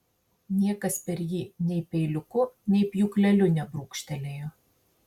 niekas per jį nei peiliuku nei pjūkleliu nebrūkštelėjo